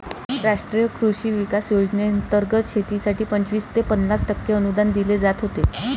राष्ट्रीय कृषी विकास योजनेंतर्गत शेतीसाठी पंचवीस ते पन्नास टक्के अनुदान दिले जात होते